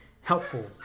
helpful